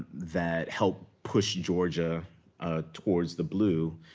that helped push georgia towards the blue,